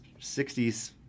60s